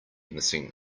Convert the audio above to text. missing